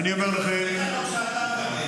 בטח לא כשאתה מדבר.